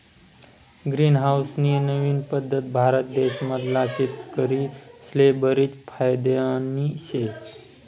green house नी नवीन पद्धत भारत देश मधला शेतकरीस्ले बरीच फायदानी शे